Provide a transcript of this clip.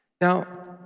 Now